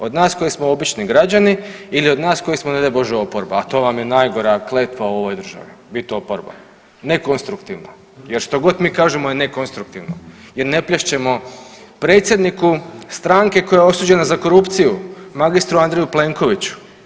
Od nas koji smo obični građani ili od nas koji smo, ne daj Bože oporba, a to vam je najgora kletva u ovoj državi, bit oporba, nekonstruktivna jer što god mi kažemo je nekonstruktivno jer ne plješćemo predsjedniku stranke koja je osuđena za korupciju, magistru Andreju Plenkoviću.